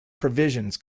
provisions